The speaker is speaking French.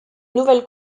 nouvelle